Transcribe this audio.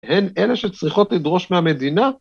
‫הן אלה שצריכות לדרוש מהמדינה?